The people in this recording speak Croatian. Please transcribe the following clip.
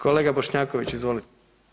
Kolega Bošnjaković, izvolite.